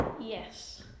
Yes